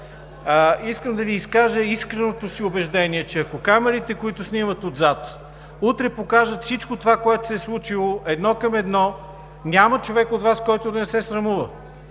Искам да Ви изкажа искреното си убеждение, че ако камерите, които снимат отзад, утре покажат всичко това, което се е случило едно към едно, няма човек от Вас, който да не се срамува.